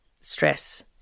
stress